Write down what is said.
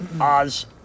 Oz